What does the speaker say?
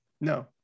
No